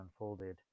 Unfolded